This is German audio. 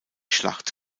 schlacht